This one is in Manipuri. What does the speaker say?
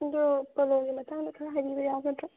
ꯑꯗꯨ ꯄꯣꯂꯣꯒꯤ ꯃꯇꯥꯡꯗ ꯈꯔ ꯍꯥꯏꯕꯤꯕ ꯌꯥꯒꯗ꯭ꯔꯣ